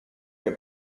get